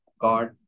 God